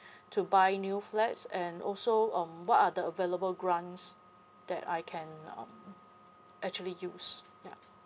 to buy new flats and also um what are the available grants that I can uh actually use